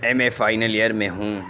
M A final year میں ہوں